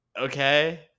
okay